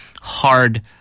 hard